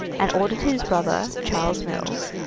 and ordered his brother, charles mills,